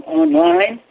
online